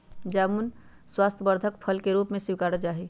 जामुन स्वास्थ्यवर्धक फल के रूप में स्वीकारा जाहई